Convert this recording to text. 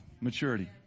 maturity